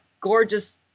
gorgeous